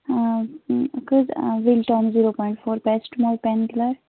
کٔژ وِلٹن zero point four پرسٹٕمال پین کِلر